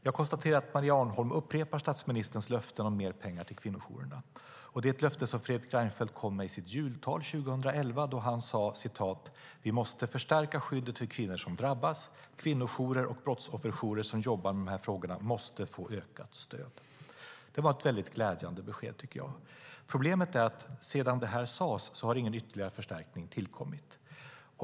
Jag konstaterar att Maria Arnholm upprepar statsministerns löften om mer pengar till kvinnojourerna. Det är ett löfte som Fredrik Reinfeldt kom med i sitt jultal 2011 då han sade: Vi måste förstärka skyddet till kvinnor som drabbas. Kvinnojourer och brottsofferjourer som jobbar med de här frågorna måste få ökat stöd. Det var ett väldigt glädjande besked, tycker jag. Problemet är att sedan det här sades har ingen ytterligare förstärkning tillkommit.